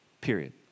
period